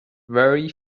very